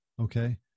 okay